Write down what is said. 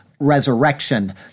resurrection